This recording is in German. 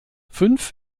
fünf